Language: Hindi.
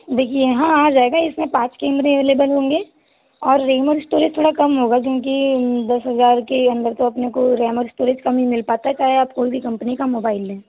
देखिए हाँ आ जाएगा इसमें पाँच कैमरे अवेलेबल होंगे और रैम और स्टोरेज थोड़ा कम होगा क्योंकि दस हज़ार के अंदर तो अपने को रैम और स्टोरेज कम ही मिल पाता है चाहे आप कोई भी कम्पनी का मोबाइल लें